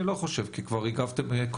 אני לא חושב, כי כבר הגבתם קודם.